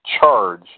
charge